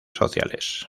sociales